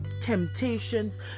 temptations